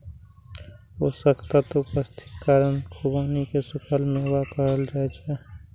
पोषक तत्वक उपस्थितिक कारण खुबानी कें सूखल मेवा कहल जाइ छै